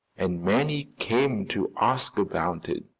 and many came to ask about it.